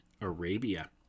Arabia